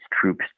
troops